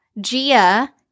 Gia